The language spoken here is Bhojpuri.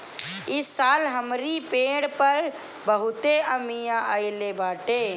इस साल हमरी पेड़ पर बहुते अमिया आइल बाटे